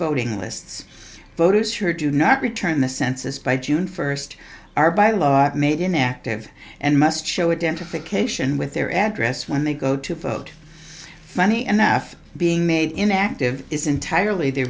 voting lists voters who do not return the census by june first are by law made inactive and must show it down to fit cation with their address when they go to vote funny enough being made in active is entirely the